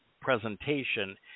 presentation